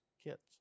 kits